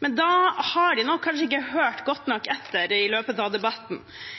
men da har de kanskje ikke hørt godt nok etter i løpet av debatten.